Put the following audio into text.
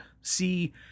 See